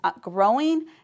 growing